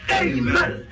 Amen